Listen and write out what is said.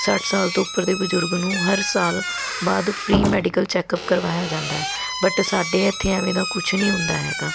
ਸੱਠ ਸਾਲ ਤੋਂ ਉੱਪਰ ਦੇ ਬਜ਼ੁਰਗ ਨੂੰ ਹਰ ਸਾਲ ਬਾਅਦ ਫ੍ਰੀ ਮੈਡੀਕਲ ਚੈੱਕਅਪ ਕਰਵਾਇਆ ਜਾਂਦਾ ਬਟ ਸਾਡੇ ਇੱਥੇ ਐਵੇਂ ਦਾ ਕੁਛ ਨਹੀਂ ਹੁੰਦਾ ਹੈਗਾ